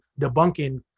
debunking